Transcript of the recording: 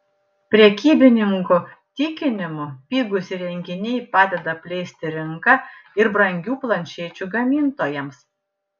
prekybininkų tikinimu pigūs įrenginiai padeda plėsti rinką ir brangių planšečių gamintojams